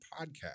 podcast